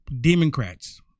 Democrats